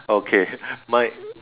okay my